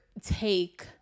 take